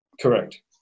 Correct